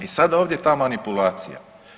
I sad ovdje ta manipulacija.